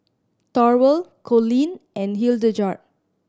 Thorwald Coleen and Hildegard